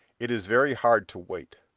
it is very hard to wait.